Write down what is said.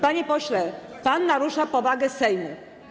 Panie pośle, pan narusza powagę Sejmu.